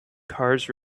cars